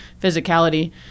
physicality